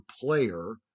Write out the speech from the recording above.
player